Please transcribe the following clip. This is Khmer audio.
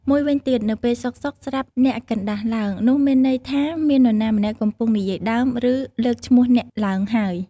មួយវិញទៀត នៅពេលសុខៗ ស្រាប់អ្នកកណ្ដាស់ឡើង នោះមានន័យថាមាននរណាម្នាក់កំពុងនិយាយដើម ឬ លើកឈ្មោះអ្នកឡើងហើយ។